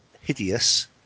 hideous